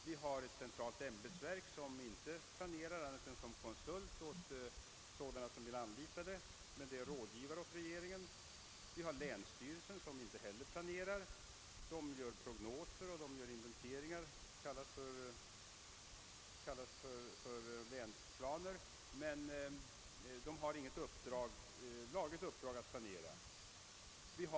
Vi har ett centralt ämbetsverk som inte planerar annat än som konsult åt sådana som vill anlita det, men det fungerar som rådgivare åt regeringen. Länsstyrelsen planerar inte heller; där gör man prognoser och inventeringar som kallas för länsplaner, men de har inget formellt uppdrag att planera.